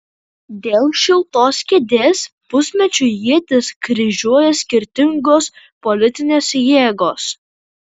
dėl šiltos kėdės pusmečiui ietis kryžiuoja skirtingos politinės jėgos